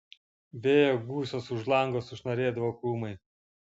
vėjo gūsiuos už lango sušnarėdavo krūmai